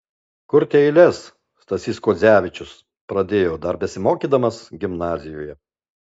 kurti eiles stasys kuodzevičius pradėjo dar besimokydamas gimnazijoje